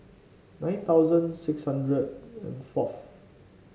nine thousand six hundred and fourth